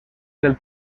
del